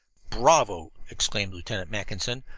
bravo! exclaimed lieutenant mackinson,